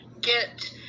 get